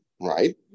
Right